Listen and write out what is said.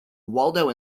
waldo